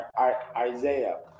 Isaiah